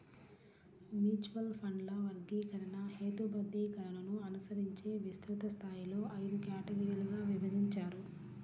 mutual ఫండ్ల వర్గీకరణ, హేతుబద్ధీకరణను అనుసరించి విస్తృత స్థాయిలో ఐదు కేటగిరీలుగా విభజించారు